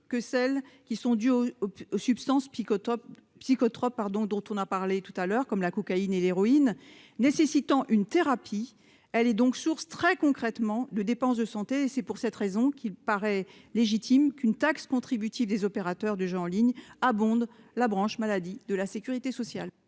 pathologies qui sont dues aux substances psychotropes dont nous avons parlé tout à l'heure, comme la cocaïne et l'héroïne. Elle nécessite une thérapie et est donc une source de dépenses de santé. C'est pour cette raison qu'il paraît légitime qu'une taxe contributive des opérateurs de jeux en ligne abonde la branche maladie de la sécurité sociale.